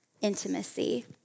intimacy